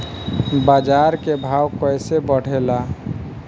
बाजार के भाव कैसे बढ़े ला?